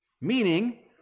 meaning